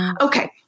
Okay